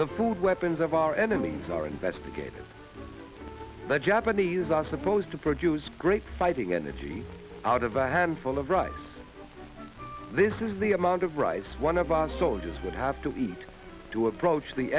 the food weapons of our enemies are investigated the japanese are supposed to produce great fighting energy out of a handful of rice this is the amount of rice one of our soldiers would have to eat to approach the